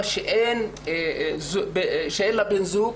שאין לה בן זוג,